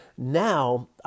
Now